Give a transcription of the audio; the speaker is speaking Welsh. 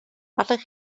allech